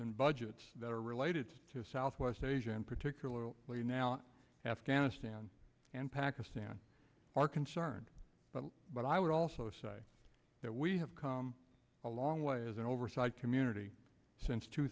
and budgets that are related to southwest asia in particular clean out afghanistan and pakistan are concerned but i would also say that we have come a long way as an oversight community since two